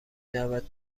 دعوت